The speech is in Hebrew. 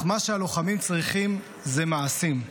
אך מה שהלוחמים צריכים זה מעשים.